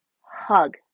hug